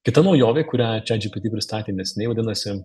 kita naujovė kurią chatgpt pristatė neseniai vadinasi